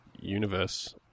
universe